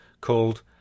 called